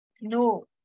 no